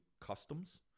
customs